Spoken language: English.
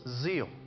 zeal